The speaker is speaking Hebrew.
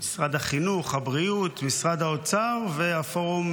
בין משרד החינוך, הבריאות, משרד האוצר והפורום